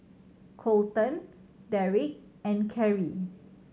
Kolton Derrek and Carry